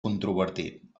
controvertit